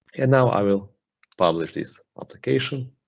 and now, i will publish this application